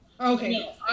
Okay